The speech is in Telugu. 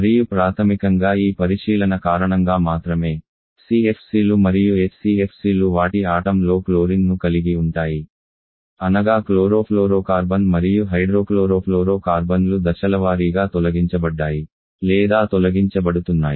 మరియు ప్రాథమికంగా ఈ పరిశీలన కారణంగా మాత్రమే CFCలు మరియు HCFCలు వాటి ఆటం లో క్లోరిన్ను కలిగి ఉంటాయి అనగా క్లోరోఫ్లోరోకార్బన్ మరియు హైడ్రోక్లోరోఫ్లోరో కార్బన్లు దశలవారీగా తొలగించబడ్డాయి లేదా తొలగించబడుతున్నాయి